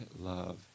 love